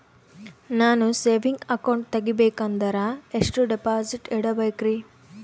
ನಾನು saving account ತೆಗಿಬೇಕಂದರ ಎಷ್ಟು ಡಿಪಾಸಿಟ್ ಇಡಬೇಕ್ರಿ?